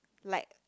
like